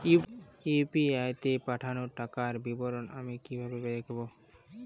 UPI তে পাঠানো টাকার বিবরণ আমি কিভাবে দেখবো?